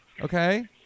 Okay